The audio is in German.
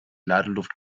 ladeluft